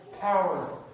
power